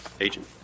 Agent